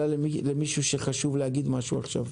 אלא אם כן למישהו חשוב להגיד משהו עכשיו.